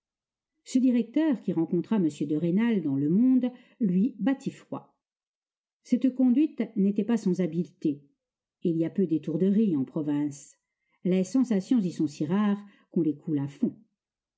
ce directeur qui rencontra m de rênal dans le monde lui battit froid cette conduite n'était pas sans habileté il y a peu d'étourderie en province les sensations y sont si rares qu'on les coule à fond